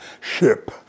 ship